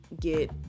get